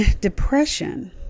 depression